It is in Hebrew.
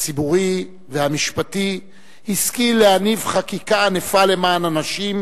הציבורי והמשפטי השכיל להניב חקיקה ענפה למען הנשים,